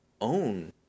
own